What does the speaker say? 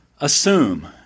assume